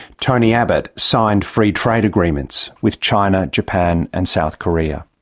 tony abbott signed free trade agreements with china, japan and south korea.